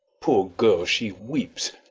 poor girl! she weeps.